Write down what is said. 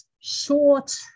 short